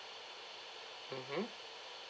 mmhmm